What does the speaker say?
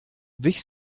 wich